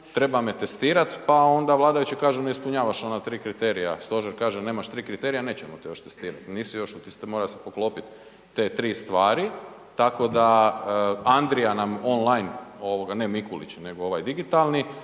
treba me testirati, pa onda vladajući kažu ne ispunjavaš ona tri kriterija, stožer kaže nemaš tri kriterija nećemo te još testirati, nisi još, moraju se poklopit te tri stvari, tako da Andrija nam on line, ne Mikulić, nego ovaj digitalni